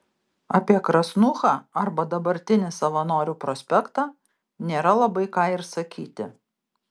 apie krasnūchą arba dabartinį savanorių prospektą nėra labai ką ir sakyti